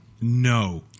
No